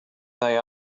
they